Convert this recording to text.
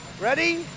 Ready